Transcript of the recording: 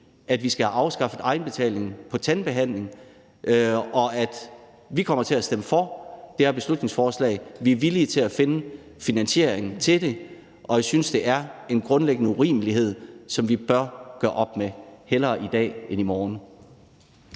at vi skal have afskaffet egenbetalingen på tandbehandling. Og vi kommer til at stemme for det her beslutningsforslag. Vi er villige til at finde finansiering til det. Og jeg synes, det er en grundlæggende urimelighed, som vi bør gøre op med, hellere i dag end i morgen.